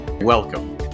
welcome